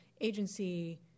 agency